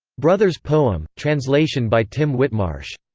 brothers poem, translation by tim whitmarsh.